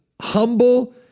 humble